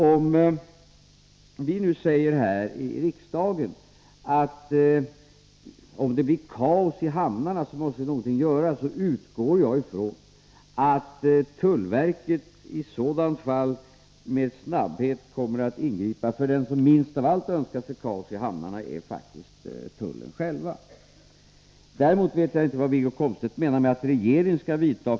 Om vi nu här i riksdagen säger, att om det blir kaos i hamnarna, måste någonting göras, så utgår jag från att tullverket i ett sådant fall med snabbhet kommer att ingripa, därför att den som minst av allt önskar sig kaos i hamnarna är faktiskt tullen själv. Däremot vet jag inte vilka åtgärder Wiggo Komstedt menar att regeringen skall vidta.